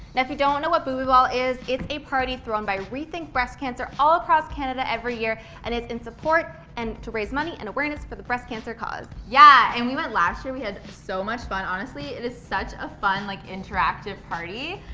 if you don't know what booby ball is, it's a party thrown by rethink breast cancer all across canada every year, and is in support and to raise money and awareness for the breast cancer cause. kelsey yeah, and we went last year we had so much fun. honestly, it is such a fun, like, interactive party.